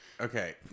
Okay